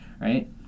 right